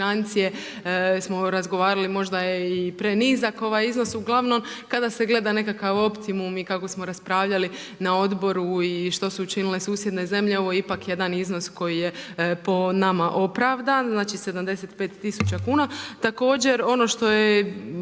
financije smo razgovarali, možda je i prenizak ovaj iznos, uglavnom, kada se gleda nekakav optimum i kako smo raspravljali na odboru i što su učinile susjedne zemlje, ovo je ipak jedan iznos koji je po nama opravdan, znači 75 tisuća kuna. Također ono što je